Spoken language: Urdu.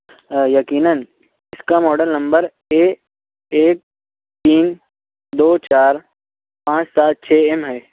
یقیناً اس کا ماڈل نمبر اے ایک تین دو چار پانچ سات چھ ایم ہے